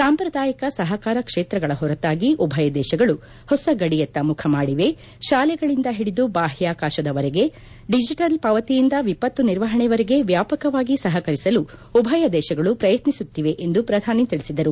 ಸಾಂಪ್ರದಾಯಿಕ ಸಹಕಾರ ಕ್ಷೇತ್ರಗಳ ಹೊರತಾಗಿ ಉಭಯ ದೇಶಗಳು ಹೊಸ ಗಡಿಯತ್ತ ಮುಖ ಮಾಡಿವೆ ಶಾಲೆಗಳಿಂದ ಹಿಡಿದು ಬಾಹ್ವಾಕಾಶದವರೆಗೆ ಡಿಜೆಟಲ್ ಪಾವತಿಯಿಂದ ವಿಪತ್ತು ನಿರ್ವಹಣೆವರೆಗೆ ವ್ಯಾಪಕವಾಗಿ ಸಹಕರಿಸಲು ಉಭಯ ದೇಶಗಳು ಪ್ರಯತ್ನಿಸುತ್ತಿವೆ ಎಂದು ಪ್ರಧಾನಿ ತಿಳಿಬದರು